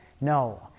no